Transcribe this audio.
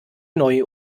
neu